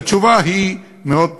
והתשובה היא מאוד פשוטה: